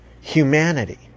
Humanity